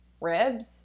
ribs